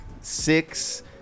six